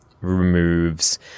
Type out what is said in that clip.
removes